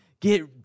get